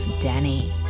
Denny